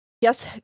Yes